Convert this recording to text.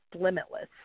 limitless